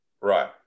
Right